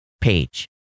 page